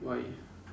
why